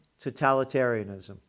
totalitarianism